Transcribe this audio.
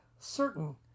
certain